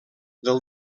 del